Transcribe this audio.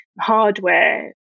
hardware